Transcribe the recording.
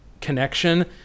connection